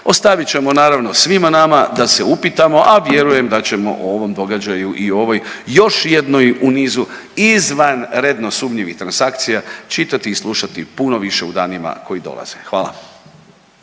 ostavit ćemo naravno, svima nama da se upitamo, s vjerujem da ćemo o ovom događaju i ovoj, još jednoj u nizu izvanredno sumnjivih transakcija čitati i slušati puno više u danima koji dolaze. Hvala.